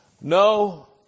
No